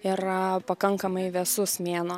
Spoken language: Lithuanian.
yra pakankamai vėsus mėnuo